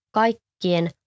kaikkien